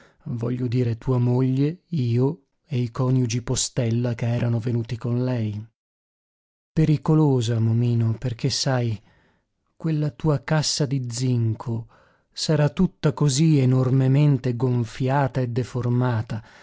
voglio dire tua moglie io e i coniugi postella che erano venuti con lei pericolosa momino perché sai quella tua cassa di zinco s'era tutta così enormemente gonfiata e deformata